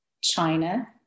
China